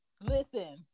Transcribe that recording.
Listen